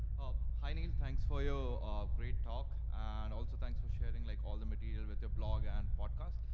hi neil, thanks for your great talk, and also thanks for sharing like all the media with the blog and podcast.